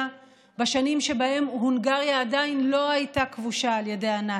בשנים שבהן הונגריה עדיין לא הייתה כבושה על ידי הנאצים.